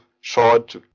short